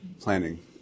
planning